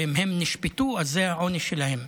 ואם הם נשפטו אז זה העונש שלהם.